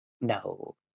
No